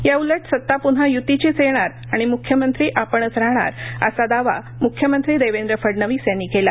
या उलट सता प्न्हा य्तीचीच येणार आणि म्ख्यमंत्री आपणच राहणार असा दावा म्ख्यमंत्री देवेंद्र फडणविस यांनी केला